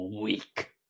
Weak